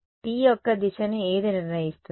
t యొక్క దిశను ఏది నిర్ణయిస్తుంది